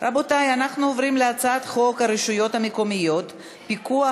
הצעת חוק חניה לנכים (תיקון,